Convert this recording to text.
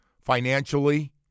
Financially